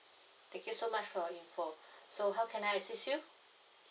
thank you so much for the info so how can I assist you